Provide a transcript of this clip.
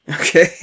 Okay